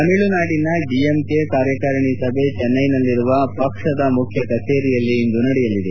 ತಮಿಳುನಾಡಿನ ಡಿಎಂಕೆ ಪಕ್ಷದ ಕಾರ್ಯಕಾರಿಣಿ ಸಭೆ ಚೆನ್ನೈನಲ್ಲಿರುವ ಪಕ್ಷದ ಮುಖ್ಯ ಕಜೇರಿಯಲ್ಲಿ ಇಂದು ನಡೆಯಲಿದೆ